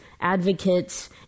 advocates